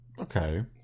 Okay